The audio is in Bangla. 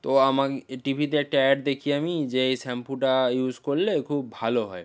তো আমাকে এ টি ভিতে একটা অ্যাড দেখি আমি যে এই শ্যাম্পুটা ইউজ করলে খুব ভালো হয়